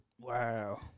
Wow